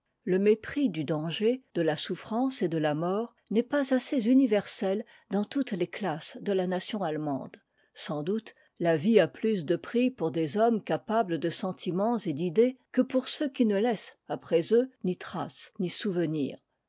le mépris du danger de la souffrance et de ta mort n'est pas assez universel dans toutes tes classes de la nation allemande sans doute là vie a plus de prix pour des hommes capables de sentiments et d'idées que pour ceux qui ne laissent après eux ni traces ni souvenirs